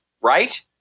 right